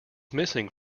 missing